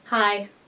Hi